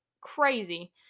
crazy